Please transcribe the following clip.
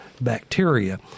bacteria